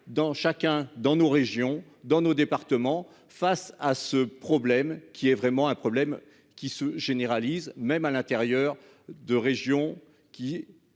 dans chacun dans nos régions, dans nos départements face à ce problème qui est vraiment un problème qui se généralise, même à l'intérieur de région qui